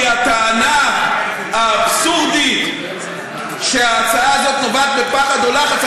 כי הטענה האבסורדית שההצעה הזאת נובעת מפחד או לחץ,